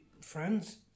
friends